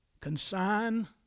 consign